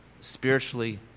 spiritually